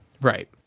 Right